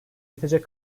yetecek